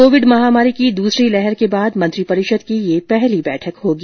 Covid महामारी की दूसरी लहर के बाद मंत्रीपरिषद की यह पहली बैठक होगी